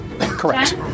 Correct